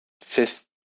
fifth